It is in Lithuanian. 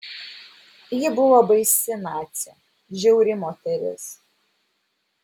ji buvo baisi nacė žiauri moteris